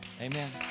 amen